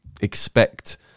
expect